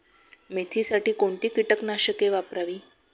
मेथीसाठी कोणती कीटकनाशके वापरावी?